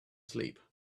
sleep